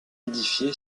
édifié